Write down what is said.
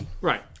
Right